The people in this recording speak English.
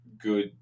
good